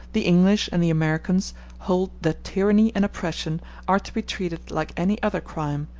the english and the americans hold that tyranny and oppression are to be treated like any other crime,